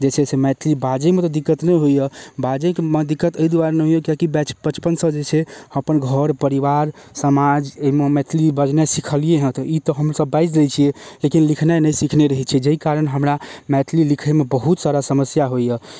जे छै से मैथिली बाजैमे तऽ दिक्कत नहि होइए बाजै कऽ मे दिक्कत एहि दुआरे ही होइया किएकी बच बचपनसँ जे छै अपन घर परिवार समाज एहिमे मैथिली बजनाइ सिखलियै हँ तऽ ई तऽ हमसब बाजि लै छियै लेकिन लिखनाइ नहि सीखने रहैत छै जहि कारण हमरा मैथिली लिखैमे बहुत सारा समस्या होइए